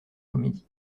comédie